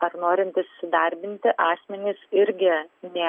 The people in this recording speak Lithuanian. ar norintys įsidarbinti asmenys irgi nėra